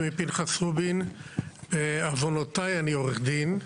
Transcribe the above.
שמי פנחס רובין, בעוונותיי אני עורך דין.